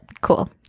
cool